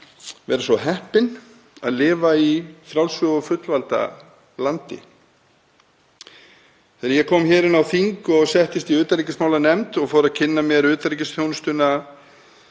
vera svo heppinn að lifa í frjálsu og fullvalda landi. Þegar ég kom inn á þing og settist í utanríkismálanefnd og fór að kynna mér utanríkisþjónustuna